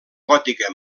gòtica